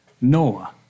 Noah